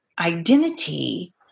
identity